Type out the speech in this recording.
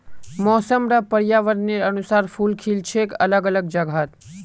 मौसम र पर्यावरनेर अनुसार फूल खिल छेक अलग अलग जगहत